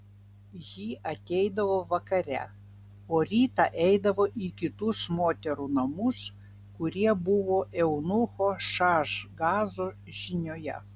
ji ateidavo vakare o rytą eidavo į kitus moterų namus kurie buvo eunucho šaašgazo žinioje